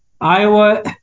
Iowa